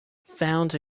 found